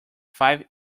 five